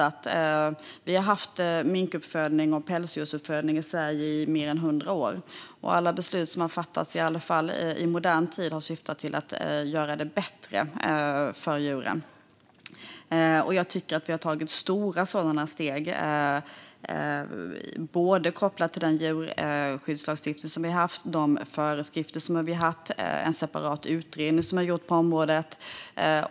Vi har haft mink och pälsdjursuppfödning i Sverige i mer än hundra år, och alla beslut som har fattats i alla fall i modern tid har syftat till att göra det bättre för djuren. Jag tycker att vi har tagit stora sådana steg, kopplat både till den djurskyddslagstiftning och de föreskrifter vi har haft och till en separat utredning som har gjorts på området.